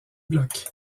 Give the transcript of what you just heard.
blocs